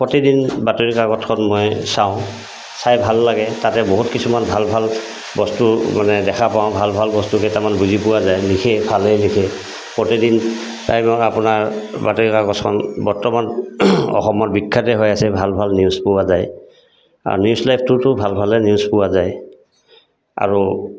প্ৰতিদিন বাতৰি কাগতখন মই চাওঁ চাই ভালো লাগে তাতে বহুত কিছুমান ভাল ভাল বস্তু মানে দেখা পাওঁ ভাল ভাল বস্তু কেইটামান বুজি পোৱা যায় লিখে ভালেই লিখে প্ৰতিদিনা টাইমত আপোনাৰ বাতৰি কাকতখন বৰ্তমান অসমৰ বিখ্যাতে হৈ আছে ভাল ভাল নিউজ পোৱা যায় আৰু নিউজ লাইভটোতো ভাল ভালে নিউজ পোৱা যায় আৰু